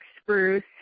spruce